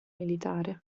militare